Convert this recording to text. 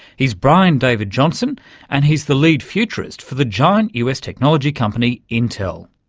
he's brian david johnson and he's the lead futurist for the giant us technology company intel.